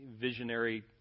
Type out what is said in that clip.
visionary